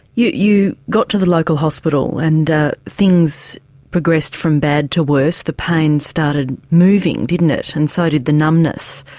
you you got to the local hospital and things progressed from bad to worse, the pain started moving, didn't it, and so did the numbness.